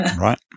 Right